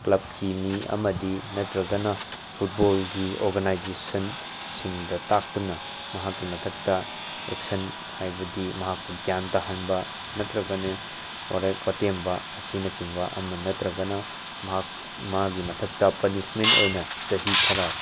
ꯀ꯭ꯂꯞꯀꯤ ꯃꯤ ꯑꯃꯗꯤ ꯅꯠꯇ꯭ꯔꯒꯅ ꯐꯨꯠꯕꯣꯜꯒꯤ ꯑꯣꯔꯒꯅꯥꯏꯖꯦꯁꯟ ꯁꯤꯡꯗ ꯇꯥꯛꯇꯨꯅ ꯃꯍꯥꯛꯀꯤ ꯃꯊꯛꯇ ꯑꯦꯛꯁꯟ ꯍꯥꯏꯕꯗꯤ ꯃꯍꯥꯛꯄꯨ ꯒ꯭ꯌꯥꯟ ꯇꯥꯍꯟꯕ ꯅꯠꯇ꯭ꯔꯒꯅ ꯋꯥꯔꯛ ꯋꯥꯇꯦꯝꯕ ꯑꯁꯤꯅꯆꯤꯡꯕ ꯑꯃ ꯅꯠꯇ꯭ꯔꯒꯅ ꯃꯥꯒꯤ ꯃꯊꯛꯇ ꯄꯅꯤꯁꯃꯦꯟ ꯑꯣꯏꯅ ꯆꯍꯤ ꯈꯔ